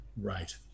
Right